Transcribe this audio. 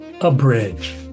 Abridge